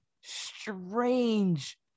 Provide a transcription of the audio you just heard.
strange